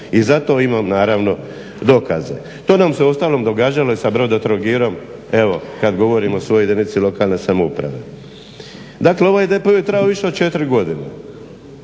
i zato imam naravno dokaze. To nam se uostalom događalo i sa Brodotrogirom, evo kad govorim o svojoj jedinici lokalne samouprave. Dakle, ovoj …/Govornik se ne